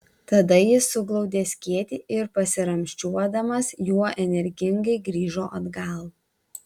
tada jis suglaudė skėtį ir pasiramsčiuodamas juo energingai grįžo atgal